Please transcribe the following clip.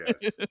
yes